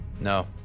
No